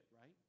right